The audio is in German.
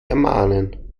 ermahnen